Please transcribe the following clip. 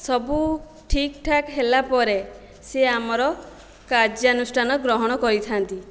ସବୁ ଠିକଠାକ ହେଲା ପରେ ସିଏ ଆମର କାର୍ଯ୍ୟାନୁଷ୍ଠାନ ଗ୍ରହଣ କରିଥା'ନ୍ତି